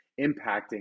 impacting